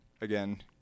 Again